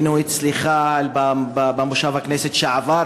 היינו אצלך במושב הכנסת שעבר,